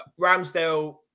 ramsdale